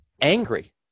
angry